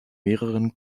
mehreren